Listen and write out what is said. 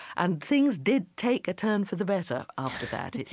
and things did take a turn for the better after that.